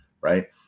right